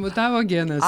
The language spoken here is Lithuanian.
mutavo genas